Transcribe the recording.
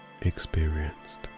experienced